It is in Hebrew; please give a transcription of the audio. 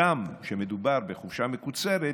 הגם שמדובר בחופשה מקוצרת,